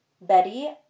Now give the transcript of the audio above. Betty